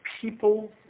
People